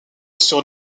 sur